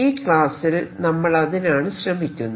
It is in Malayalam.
ഈ ക്ലാസ്സിൽ നമ്മൾ അതിനാണ് ശ്രമിക്കുന്നത്